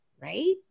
Right